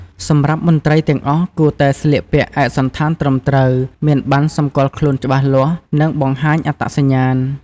សម្រាប់មន្ត្រីទាំងអស់គួរតែស្លៀកពាក់ឯកសណ្ឋានត្រឹមត្រូវ មានប័ណ្ណសម្គាល់ខ្លួនច្បាស់លាស់ និងបង្ហាញអត្តសញ្ញាណ។